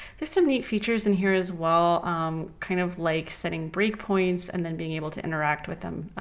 there's some neat features in here as well um kind of like setting breakpoints and then being able to interact with them.